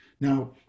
Now